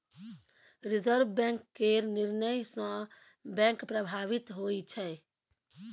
reserve Bank केर निर्णय सँ बैंक प्रभावित होइ छै